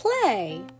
Play